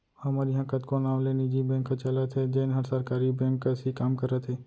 हमर इहॉं कतको नांव ले निजी बेंक ह चलत हे जेन हर सरकारी बेंक कस ही काम करत हे